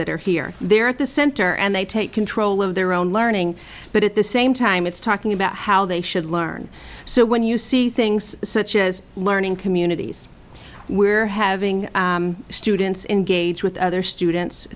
that are here they're at the center and they take control of their own learning but at the same time it's talking about how they should learn so when you see things such as learning communities we're having students in gauge with other students